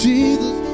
Jesus